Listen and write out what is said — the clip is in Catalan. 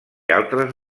altres